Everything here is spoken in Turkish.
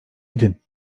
edin